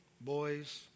boys